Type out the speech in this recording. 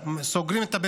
אם כבר מדברים על קטינים,